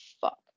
fuck